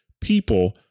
people